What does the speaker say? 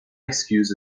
excuse